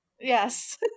Yes